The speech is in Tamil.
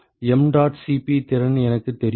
mdot Cp திறன் எனக்குத் தெரியும்